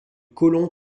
côlon